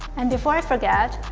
and before i forget,